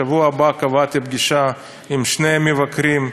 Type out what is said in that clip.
לשבוע הבא קבעתי פגישה עם שני מבקרים,